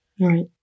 Right